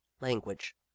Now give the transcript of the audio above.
language